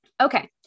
Okay